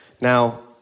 Now